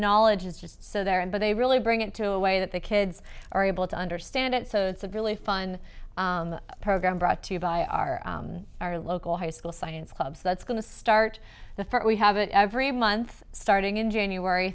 knowledge is just so there and but they really bring it to a way that the kids are able to understand it so it's a really fun program brought to you by our our local high school science club that's going to start the first we have it every month starting in january